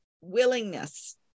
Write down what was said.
willingness